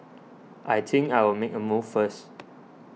I think I'll make a move first